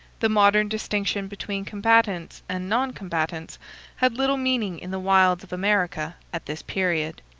the modern distinction between combatants and non-combatants had little meaning in the wilds of america at this period.